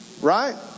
Right